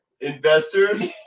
Investors